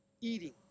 eating